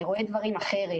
אני רואה דברים אחרת.